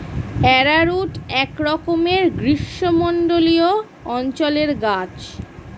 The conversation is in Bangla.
অ্যারারুট একরকমের গ্রীষ্মমণ্ডলীয় অঞ্চলের গাছ